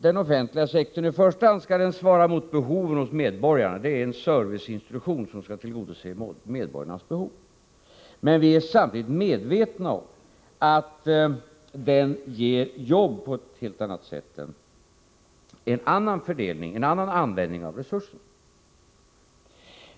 Den offentliga sektorn skall i första hand svara mot behoven hos medborgarna. Den är en serviceinstitution som skall tillgodose medborgarnas behov. Men vi är samtidigt medvetna om, och det har vi socialdemokrater aldrig gjort någon hemlighet av, att den offentliga sektorn ger jobb på ett helt annat sätt än en annan användning av resurserna.